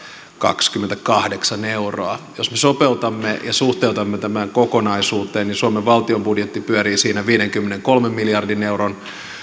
satakaksikymmentäkahdeksan miljoonaa euroa jos me sopeutamme ja suhteutamme tämän kokonaisuuteen niin suomen valtion budjetti pyörii siinä viidenkymmenenkolmen miljardin euron